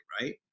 Right